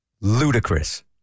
Ludicrous